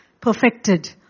perfected